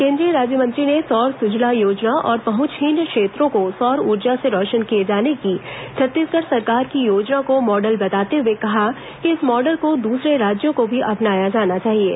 केंद्रीय राज्य मंत्री ने सौर सुजला योजना और पहुंचहीन क्षेत्रों को सौर ऊर्जा से रौशन किये जाने की छत्तीसगढ़ सरकार की योजना को मॉडल बताते हुए कहा कि इस मॉडल को दूसरे राज्यों को भी अपनाया जाना चाहिये